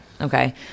Okay